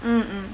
mm mm